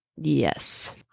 Yes